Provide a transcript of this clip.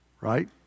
Right